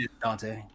Dante